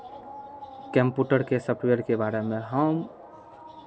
कम्प्यूटरके सॉफ्टवेयरके बारेमे हम